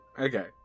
Okay